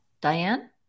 Diane